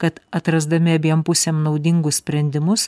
kad atrasdami abiem pusėm naudingus sprendimus